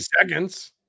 seconds